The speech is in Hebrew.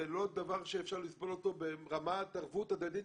זה לא דבר שאפשר לסבול אותו ברמת ערבות הדדית